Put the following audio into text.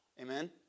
Amen